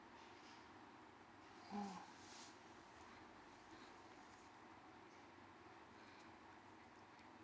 oh